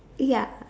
uh ya